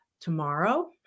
tomorrow